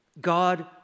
God